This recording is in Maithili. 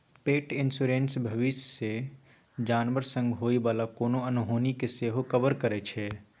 पेट इन्स्योरेन्स भबिस मे जानबर संग होइ बला कोनो अनहोनी केँ सेहो कवर करै छै